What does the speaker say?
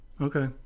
Okay